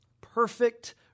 perfect